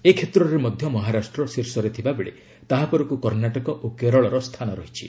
ଏ କ୍ଷେତ୍ରରେ ମଧ୍ୟ ମହାରାଷ୍ଟ୍ର ଶୀର୍ଷରେ ଥିବାବେଳେ ତାହାପରକୁ କର୍ଣ୍ଣାଟକ ଓ କେରଳର ସ୍ଥାନ ରହିଛି